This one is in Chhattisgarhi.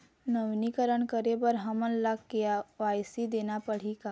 नवीनीकरण करे बर हमन ला के.वाई.सी देना पड़ही का?